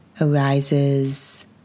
arises